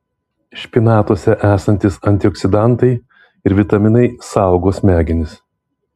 špinatuose esantys antioksidantai ir vitaminai saugo smegenis